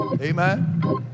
Amen